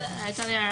הייתה לי הערה